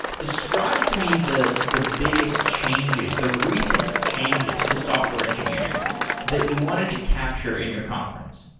describe to me the the biggest changes, the recent changes to software engineering that you wanted to capture in your conference.